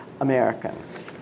Americans